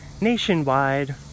Nationwide